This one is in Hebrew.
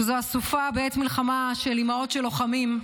שזו אסופה בעת מלחמה של אימהות של לוחמים,